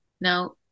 Now